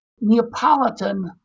Neapolitan